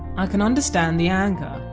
i can understand the anger.